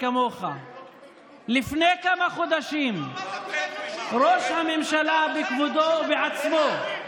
לפני כמה חודשים ראש הממשלה בכבודו ובעצמו,